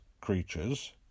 creatures